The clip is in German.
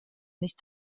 nicht